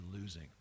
losing